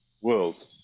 world